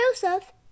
Joseph